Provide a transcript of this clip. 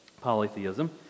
polytheism